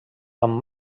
amb